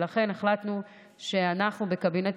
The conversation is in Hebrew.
ולכן אנחנו החלטנו שאנחנו בקבינט